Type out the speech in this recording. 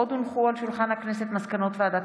עוד הונחו על שולחן הכנסת מסקנות ועדת